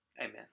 Amen